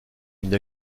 une